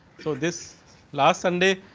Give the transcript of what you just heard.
so, this last sunday,